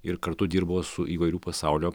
ir kartu dirbo su įvairių pasaulio